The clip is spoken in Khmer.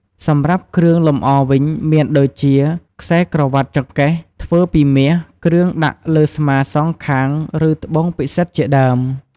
សម្រាប់គ្រឿងលម្អវិញមានដូចជា ខ្សែក្រវាត់ចង្កេះធ្វើពីមាស គ្រឿងដាក់លើស្មាសងខាង ឬ ត្បូងពិសិដ្ឋជាដើម។